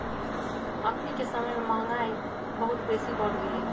अखनिके समय में महंगाई बहुत बेशी बढ़ गेल हइ